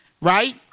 right